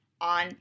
on